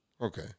okay